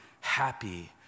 happy